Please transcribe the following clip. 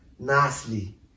Nicely